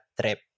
trip